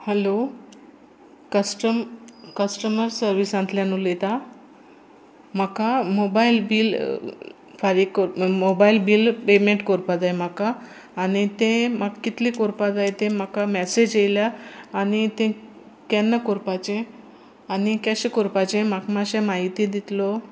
hello customer customer सर्विसांतल्यान उलयता म्हाका मोबायल बील फारीक को मोबायल बील पेमेंट करपाक जाय म्हाका आनी तें म्हाका कितलें करपाक जाय तें म्हाका मॅसेज आयल्या आनी तें केन्ना करपाचें आनी कशें करपाचें म्हाका मातशें म्हायती दितलो